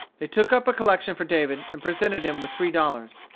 they took up a collection for david, and presented him with three dollars.